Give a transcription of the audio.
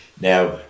Now